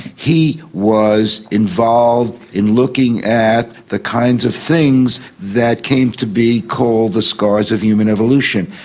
he was involved in looking at the kinds of things that came to be called the scars of human evolution.